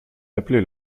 appelé